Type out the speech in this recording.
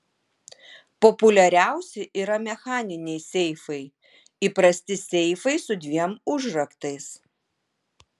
populiariausi yra mechaniniai seifai įprasti seifai su dviem užraktais